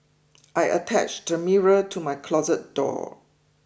I attached a mirror to my closet door